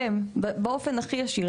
ובאופן הכי ישיר,